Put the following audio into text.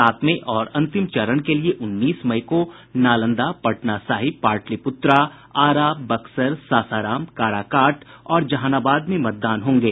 सातवें और अंतिम चरण के लिए उन्नीस मई को नालंदा पटना साहिब पाटलिपुत्रा आरा बक्सर सासाराम काराकाट और जहानाबाद में मतदान होंगे